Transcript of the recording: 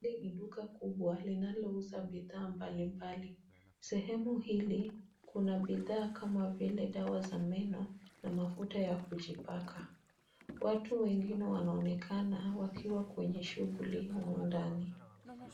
Hili ni duka kubwa linalouza bidhaa mbali mbali .Sehemu hili kuna bidhaa kama vile dawa za meno, na mafuta ya kujipaka. Watu wengine wanaonekana wakiwa kwenye shughuli humu ndani.